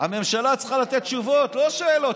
הממשלה צריכה לתת תשובות, לא שאלות.